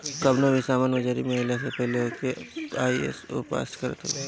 कवनो भी सामान बाजारी में आइला से पहिले ओके आई.एस.ओ पास करत हवे